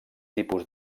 tipus